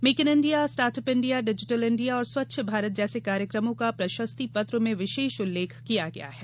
make in India startup India digital India और स्वच्छ भारत जैसे कार्यक्रमों का प्रशस्ति पत्र में विशेष उल्लेख किया गया है